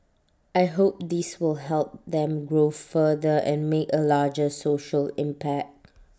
I hope this will help them grow further and make A larger social impact